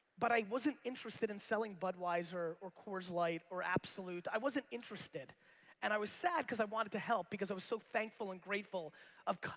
but i wasn't interested in selling budweiser or coors light or absolut. i wasn't interested and i was sad cause i wanted to help because i was so thankful and grateful of,